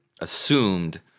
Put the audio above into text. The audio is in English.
assumed